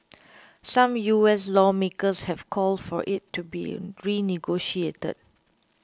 some U S lawmakers have called for it to be renegotiated